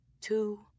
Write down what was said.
Two